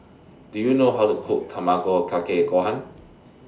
Do YOU know How to Cook Tamago Kake Gohan